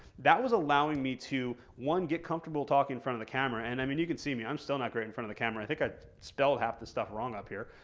that was allowing me to one get comfortable talking in front of the camera, and i mean you can see me, i'm still not great in front of the camera. i think i spell half the stuff wrong up here.